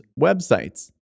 websites